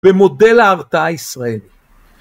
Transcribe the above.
במודל ההרתעה הישראלי.